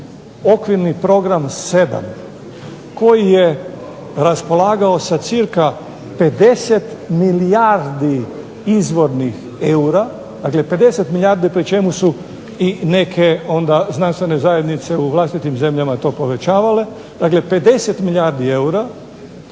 okvirni Program 7 koji je raspolagao sa cca 50 milijardi izvornih eura, dakle 50 milijardi pri čemu su i neke onda znanstvene zajednice u vlastitim zemljama to povećavale. Dakle, 50 milijardi eura